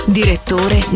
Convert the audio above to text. direttore